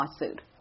lawsuit